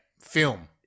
Film